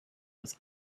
was